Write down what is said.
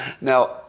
Now